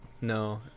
No